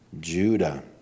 Judah